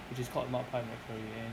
which is called mud pie mcflurry